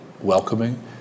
welcoming